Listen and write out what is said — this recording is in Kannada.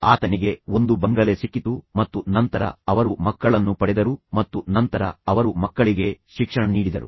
ಆತನಿಗೆ ಒಂದು ಬಂಗಲೆ ಸಿಕ್ಕಿತು ಮತ್ತು ನಂತರ ಅವರು ಮಕ್ಕಳನ್ನು ಪಡೆದರು ಮತ್ತು ನಂತರ ಅವರು ಮಕ್ಕಳಿಗೆ ಶಿಕ್ಷಣ ನೀಡಿದರು